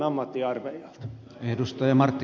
arvoisa herra puhemies